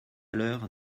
l’heure